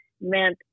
meant